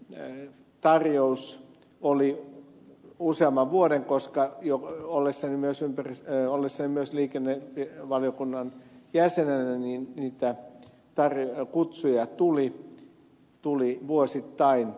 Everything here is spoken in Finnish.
pientonniston tarjous oli usean vuoden koska ollessani myös liikennevaliokunnan jäsenenä niitä kutsuja tuli vuosittain